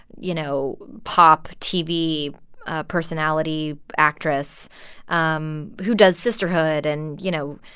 you know, pop tv ah personality actress um who does sisterhood and, you know,